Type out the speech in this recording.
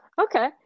Okay